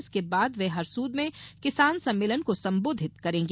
इसके बाद वे हरसूद में किसान सम्मेलन को संबोधित करेंगे